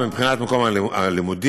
מבחינת מקום הלימודים,